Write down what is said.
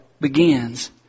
begins